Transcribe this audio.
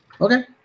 Okay